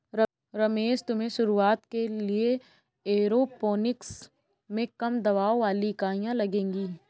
रमेश तुम्हें शुरुआत के लिए एरोपोनिक्स में कम दबाव वाली इकाइयां लगेगी